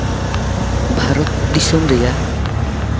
ᱵᱷᱟᱨᱚᱛ ᱫᱤᱥᱚᱢ ᱨᱮᱭᱟᱜ